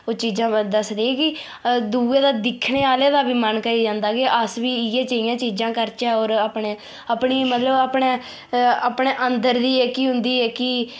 ओह् चीजां दसदे कि दुएं दा दिक्खने आह्ले दा बी मन करी जंदा कि अस बी इ'यै जेह्यां चीजां करचै और अपने अपने मतलब अपने अपने अंदर दी जेह्की उंदी जेह्की